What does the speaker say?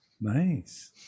Nice